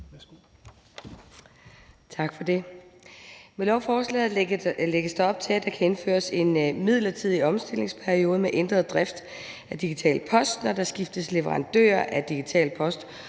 Tak for det. Med lovforslaget lægges der op til, at der kan indføres en midlertidig omstillingsperiode med ændret drift af Digital Post, når der skiftes leverandør af Digital Post